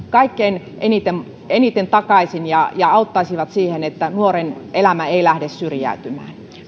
kaikkein eniten eniten takaisin ja ja auttaisivat siinä että nuoren elämä ei lähde syrjäytymään